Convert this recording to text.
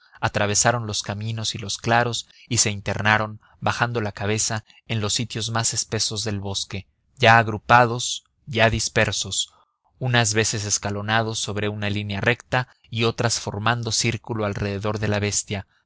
atravesaron los caminos y los claros y se internaron bajando la cabeza en los sitios más espesos del bosque ya agrupados ya dispersos unas veces escalonados sobre una línea recta y otras formando círculo alrededor de la bestia